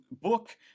book